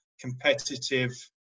competitive